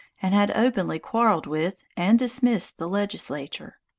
and had openly quarreled with and dismissed the legislature.